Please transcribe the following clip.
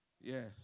Yes